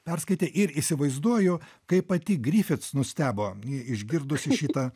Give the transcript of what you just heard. perskaitė ir įsivaizduoju kaip pati grific nustebo išgirdusi šitą